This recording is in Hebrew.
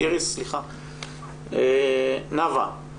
נאוה,